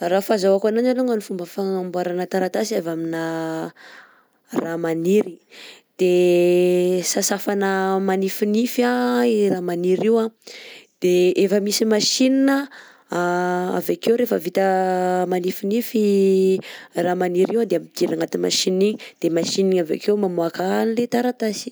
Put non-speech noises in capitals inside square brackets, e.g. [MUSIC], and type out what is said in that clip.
Raha fazahoako ananjy alongany fomba fagnamboarana taratasy avy amina raha maniry, de [HESITATION] sasafana manifinify i raha maniry io an, de efa misy machine avy akeo rehefa vita manifinify i raha maniry io an de ampidirina agnatin'ny machine igny, de machine igny avy akeo mamoaka an'le taratasy.